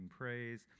praise